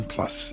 Plus